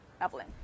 Evelyn